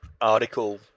article